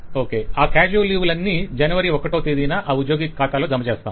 okay ఆ casual leave లన్ని జనవరి ఒకటో తేదీన ఆ ఉద్యోగి ఖాతాలో జమ చేస్తాం